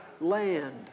land